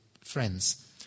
friends